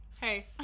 hey